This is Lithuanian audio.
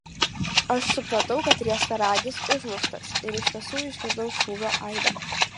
aš supratau kad riestaragis užmuštas ir iš tiesų išgirdau šūvio aidą